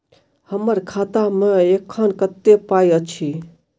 हम्मर खाता मे एखन कतेक पाई अछि?